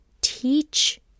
teach